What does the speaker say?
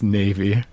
navy